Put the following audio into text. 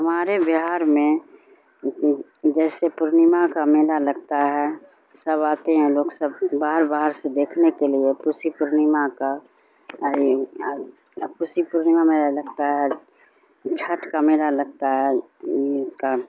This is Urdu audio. ہمارے بہار میں جیسے پورنیما کا میلہ لگتا ہے سب آتے ہیں لوگ سب باہر باہر سے دیکھنے کے لیے کسی پورنیما کا کسی پورنیما میلہ لگتا ہے چھٹ کا میلہ لگتا ہے کا